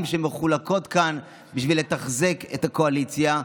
שמחולקים כאן כדי לתחזק את הקואליציה.